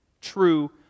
true